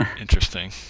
Interesting